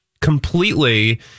completely